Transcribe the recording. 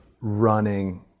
running